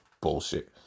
bullshit